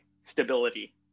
stability